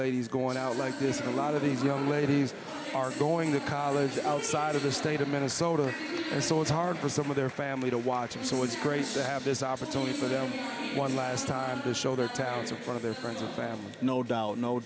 ladies going out like this a lot of these young ladies are going to college outside of the stadium minnesota so it's hard for some of their family to watch it so it's great to have this opportunity for them one last time to show their towns one of their friends and family no doubt no